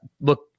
look